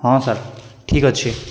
ହଁ ସାର୍ ଠିକ୍ ଅଛି